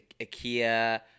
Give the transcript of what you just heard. Ikea –